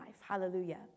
Hallelujah